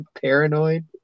paranoid